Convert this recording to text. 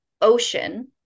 ocean